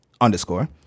Underscore